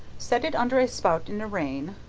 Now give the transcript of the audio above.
set it under a spout in a rain,